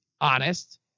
honest